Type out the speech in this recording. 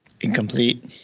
Incomplete